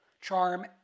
Charm